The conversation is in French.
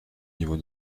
niveau